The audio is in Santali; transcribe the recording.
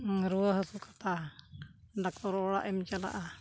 ᱨᱩᱣᱟᱹ ᱦᱟᱹᱥᱩ ᱠᱟᱛᱮ ᱰᱟᱠᱛᱚᱨ ᱚᱲᱟᱜ ᱮᱢ ᱪᱟᱞᱟᱜᱼᱟ